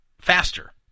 faster